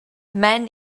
man